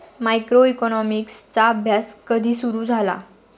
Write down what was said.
मायक्रोइकॉनॉमिक्सचा अभ्यास कधी सुरु झाला?